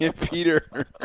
Peter